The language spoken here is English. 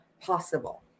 possible